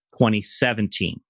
2017